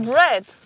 red